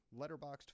letterboxed